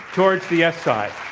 towards the yes side.